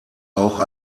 auch